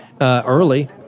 early